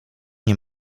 nie